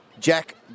Jack